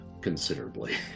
considerably